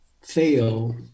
fail